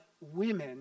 women